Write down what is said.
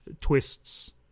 twists